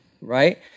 right